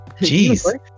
Jeez